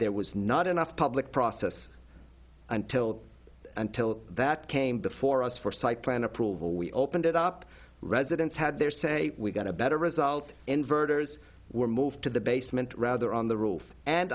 there was not enough public process until until that came before us for site plan approval we opened it up residents had their say we got a better result inverters were moved to the basement rather on the roof and